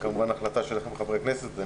זו כמובן החלטה שלכם חברי הכנסת.